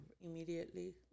Immediately